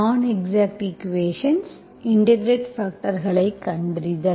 non-exact equations இன்டெகிரெட்பாக்டர்களைக் கண்டறிதல்